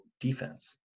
defense